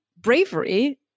bravery